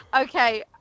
Okay